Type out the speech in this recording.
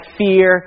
fear